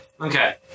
Okay